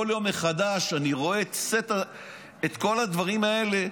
כל יום מחדש אני רואה את כל הדברים האלה,